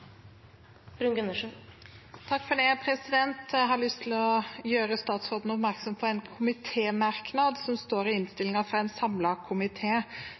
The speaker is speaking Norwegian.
Det blir replikkordskifte. Jeg har lyst til å gjøre statsråden oppmerksom på en komitémerknad i innstillingen fra en